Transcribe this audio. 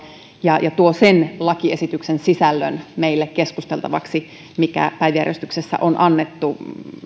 ja ja tuo sen lakiesityksen sisällön meille keskusteltavaksi mikä päiväjärjestyksessä on annettu